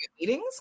meetings